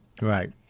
Right